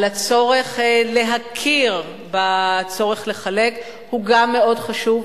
על הצורך להכיר בצורך לחלק, הוא גם מאוד חשוב.